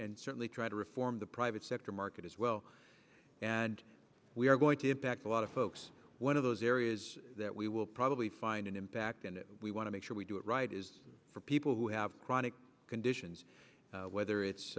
and certainly try to reform the private sector market as well and we are going to back a lot of folks one of those areas that we will probably find an impact and we want to make sure we do it right is for people who have chronic conditions whether